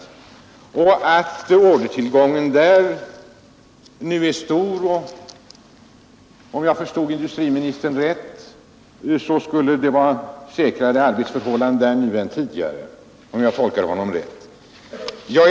Industriministern har anfört att ordertillgången där nu är stor och att — om jag tolkade honom rätt — det skulle råda säkrare arbetsförhållanden nu än tidigare.